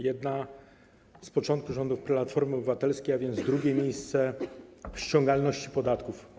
Jedna jest z początku rządów Platformy Obywatelskiej, a więc 2. miejsce w ściągalności podatków.